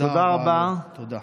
תודה רבה, תודה.